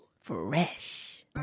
fresh